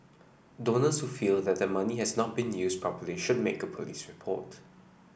donors who feel that their money has not been used properly should make a police report